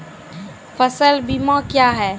फसल बीमा क्या हैं?